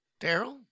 Daryl